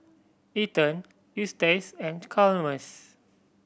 Ethen Eustace and Chalmers